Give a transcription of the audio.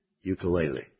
ukulele